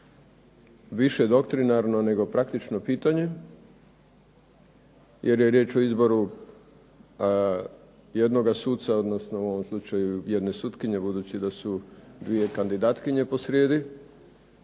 više doktrinarno nego praktično pitanje jer je riječ o izboru jednoga suca odnosno u ovom slučaju jedne sutkinje budući da su dvije kandidatkinje posrijedi.